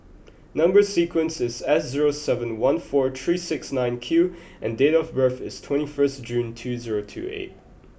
number sequence is S zero seven one four three six nine Q and date of birth is twenty first June two zero two eight